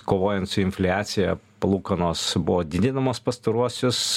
kovojant su infliacija palūkanos buvo didinamos pastaruosius